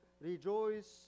Rejoice